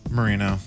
Marino